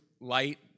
light